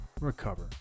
Recover